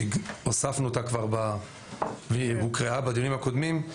שהוספנו אותה כבר ושהוקראה בדיונים הקודמים,